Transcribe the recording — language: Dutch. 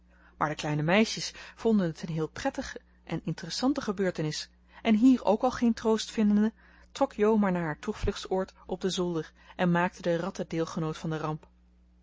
maar de kleine meisjes vonden het een heel prettige en interessante gebeurtenis en hier ook al geen troost vindende trok jo maar naar haar toevluchtsoord op den zolder en maakte de ratten deelgenoot van de ramp